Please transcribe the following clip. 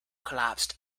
collapsed